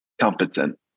competent